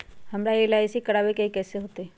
हमरा एल.आई.सी करवावे के हई कैसे होतई?